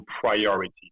priority